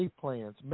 plans